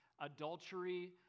Adultery